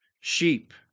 sheep